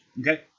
Okay